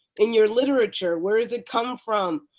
in your literature, where does it come from?